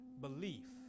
belief